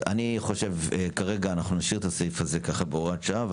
כרגע נשאיר את הסעיף הזה בהוראת שעה.